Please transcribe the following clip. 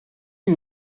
you